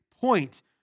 point